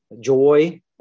joy